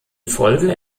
folge